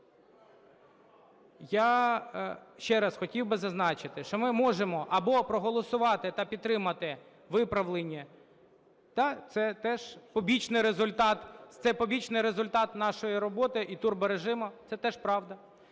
Я ще раз хотів би зазначити, що ми можемо або проголосувати та підтримати виправлені… Так, це теж побічний результат. Це побічний результат нашої роботи і турборежиму, це теж правда.